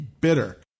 bitter